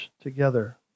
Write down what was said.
together